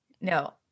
No